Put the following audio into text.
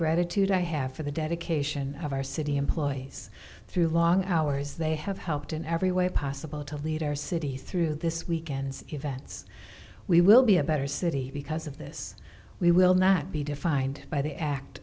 gratitude i have for the dedication of our city employees through long hours they have helped in every way possible to lead our city through this weekend's events we will be a better city because of this we will not be defined by the act